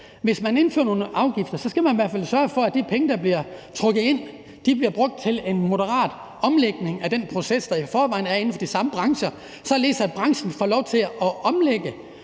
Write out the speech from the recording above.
Hvis man indfører nogle afgifter, skal man i hvert fald sørge for, at de penge, der bliver trukket ind, bliver brugt til en moderat omlægning af den proces, der i forvejen er inden for de samme brancher, således at branchen får lov til at omlægge